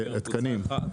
אתה מדבר על קבוצה 1?